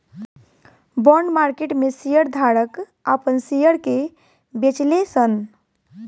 bond market में share धारक आपन शेयर के बेचेले सन